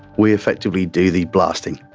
we effectively do the blasting,